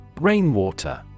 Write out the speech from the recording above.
Rainwater